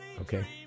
okay